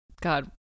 God